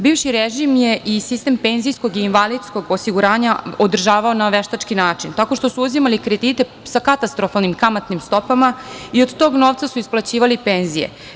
Bivši režim je i sistem PIO održavao na veštački način tako što su uzimali kredite sa katastrofalnim kamatnim stopama i od tog novca su isplaćivali penzije.